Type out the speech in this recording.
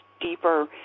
deeper